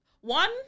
one